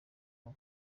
ngo